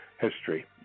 history